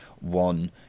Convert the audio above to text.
one